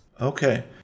Okay